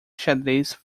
xadrez